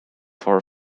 for